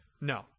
No